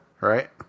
right